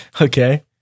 Okay